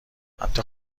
حتی